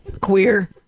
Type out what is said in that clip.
Queer